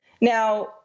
Now